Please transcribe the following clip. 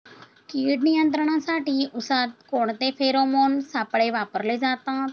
कीड नियंत्रणासाठी उसात कोणते फेरोमोन सापळे वापरले जातात?